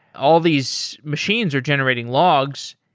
all these machines are generating logs.